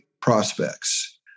prospects